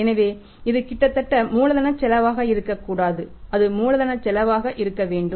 எனவே இது கிட்டத்தட்ட மூலதன செலவாக இருக்கக்கூடாது அது மூலதன செலவாக இருக்க வேண்டும்